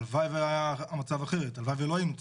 הלוואי והמצב היה אחרת, הלוואי ולא היינו צריכים.